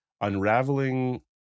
unraveling